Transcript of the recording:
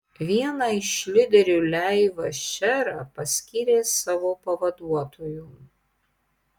vieną iš lyderių leivą šerą paskyrė savo pavaduotoju